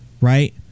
Right